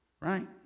right